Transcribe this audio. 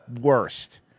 worst